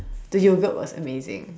the yogurt was amazing